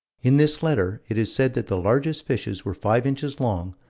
in this letter it is said that the largest fishes were five inches long,